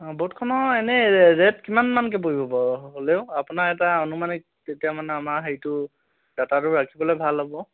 ব'ৰ্ডখনৰ এনেই ৰে'ট কিমানমানকৈ পৰিব বাৰু হ'লেও আপোনাৰ এটা আনুমানিক তেতিয়া মানে আমাৰ হেৰিটো ডাটাটো ৰাখিবলৈ ভাল হ'ব